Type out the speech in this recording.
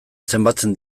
zenbatzen